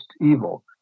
evil